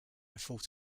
thought